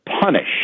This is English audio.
punish